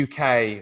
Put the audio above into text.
UK